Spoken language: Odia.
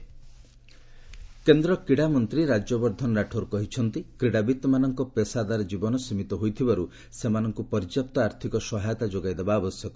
ସ୍କୋର୍ଟସ୍ ମିନିଷ୍ଟର କେନ୍ଦ୍ର କ୍ରୀଡ଼ା ମନ୍ତ୍ରୀ ରାଜ୍ୟବର୍ଦ୍ଧନ ରାଠୋର କହିଛନ୍ତି କ୍ରୀଡ଼ାବିତ୍ମାନଙ୍କ ପେସାଦାର ଜୀବନ ସୀମିତ ହୋଇଥିବାର୍ ସେମାନଙ୍କୁ ପର୍ଯ୍ୟାପ୍ତ ଆର୍ଥିକ ସହାୟତା ଯୋଗାଇଦେବା ଆବଶ୍ୟକ